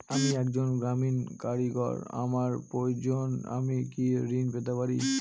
আমি একজন গ্রামীণ কারিগর আমার প্রয়োজনৃ আমি কি ঋণ পেতে পারি?